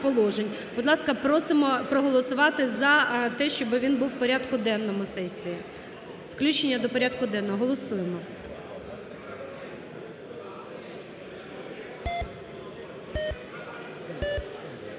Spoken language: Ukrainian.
положень). Будь ласка, просимо проголосувати за те, щоби він був у порядку денному сесії. Включення до порядку денного. Голосуємо. 17:35:08